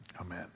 Amen